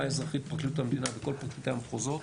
האזרחית בפרקליטות המדינה וכל פרקליטי המחוזות.